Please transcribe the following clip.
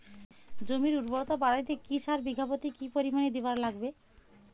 জমির উর্বরতা বাড়াইতে কি সার বিঘা প্রতি কি পরিমাণে দিবার লাগবে?